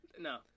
No